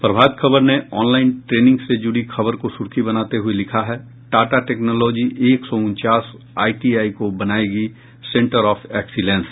प्रभात खबर ने online training से जुड़ी खबर को सुर्खी बनाते हुये लिखा है टाटा टेक्नोलॉजी एक सौ उनचास आईटीआई को बनायेगी सेंटर ऑफ एक्सीलेंस